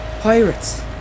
Pirates